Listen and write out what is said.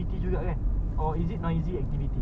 tak boleh aku akan hook